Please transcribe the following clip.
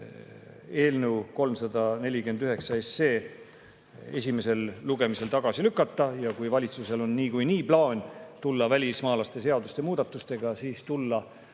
eelnõu 349 esimesel lugemisel tagasi lükata. Kui valitsusel on niikuinii plaan tulla siia välismaalaste seaduse muudatustega, siis võiks